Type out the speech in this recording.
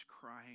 crying